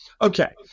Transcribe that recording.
Okay